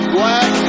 Black